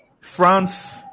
france